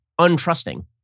untrusting